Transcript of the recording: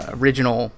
original